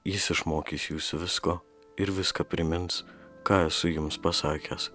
jis išmokys jus visko ir viską primins ką esu jums pasakęs